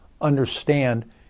understand